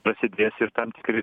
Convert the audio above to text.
dasidės ir tam tikri